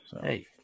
hey